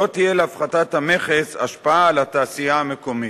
לא תהיה להפחתת המכס השפעה על התעשייה המקומית.